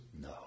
No